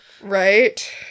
Right